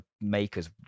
makers